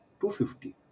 250